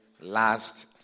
last